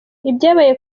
ibyabaye